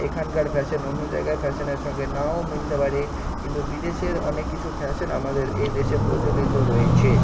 এখানকার ফ্যাশন অন্য জায়গায় ফ্যাশনের সঙ্গে নাও মিলতে পারে কিন্তু বিদেশের অনেক কিছু ফ্যাশন আমাদের এই দেশে প্রচলিত রয়েছে